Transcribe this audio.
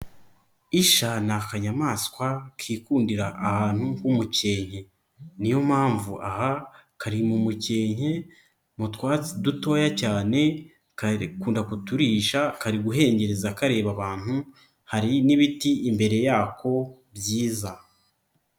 Isha ni akanyamaswa kikundira ahantu h'umukenke, niyo mpamvu aha karimumukenke, mutsi dutoya cyane, kakunda kuturisha, kari guhengereza kareba abantu, hari n'ibiti imbere yako byiza.